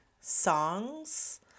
songs